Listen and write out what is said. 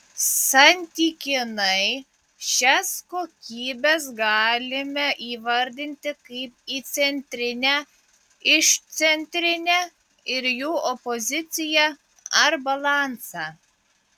santykinai šias kokybes galime įvardinti kaip įcentrinę išcentrinę ir jų opoziciją ar balansą